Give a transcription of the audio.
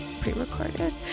pre-recorded